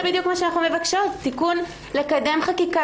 זה בדיוק מה שאנחנו מבקשות לקדם חקיקה